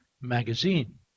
Magazine